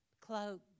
cloak